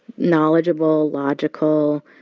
knowledgeable, logical,